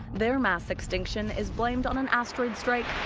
their mass extinction is blamed on an asteroid strike